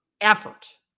effort